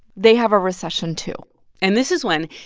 they have a recession, too and this is when,